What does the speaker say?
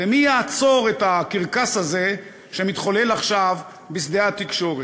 ומי יעצור את הקרקס הזה שמתחולל עכשיו בשדה התקשורת.